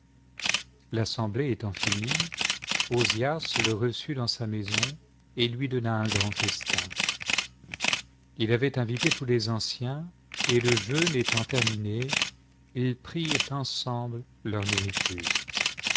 l'assemblée étant finie ozias le reçut dans sa maison et lui donna un grand festin il avait invité tous les anciens et le jeûne étant terminé ils prirent ensemble leur nourriture